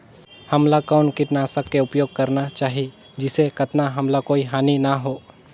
हमला कौन किटनाशक के उपयोग करन चाही जिसे कतना हमला कोई हानि न हो?